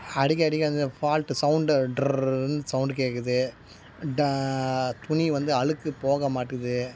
அடிக்கடிக்கு அந்த fault sound ட்ருர்னு சௌண்டு கேட்குது ட துணி வந்து அழுக்கு போக மாட்டேது